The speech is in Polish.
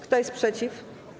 Kto jest przeciw?